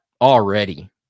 already